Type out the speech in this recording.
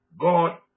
God